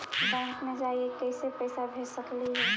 Bank मे जाके कैसे पैसा भेज सकली हे?